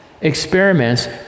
experiments